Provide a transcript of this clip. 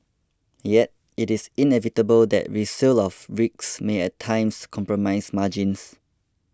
yet it is inevitable that resale of rigs may at times compromise margins